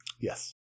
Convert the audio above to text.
Yes